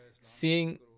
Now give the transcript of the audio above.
Seeing